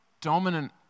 dominant